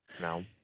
no